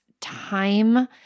time